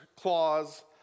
clause